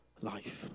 life